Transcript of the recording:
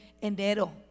enero